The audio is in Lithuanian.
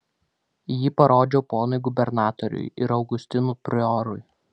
jį parodžiau ponui gubernatoriui ir augustinų priorui